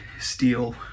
steal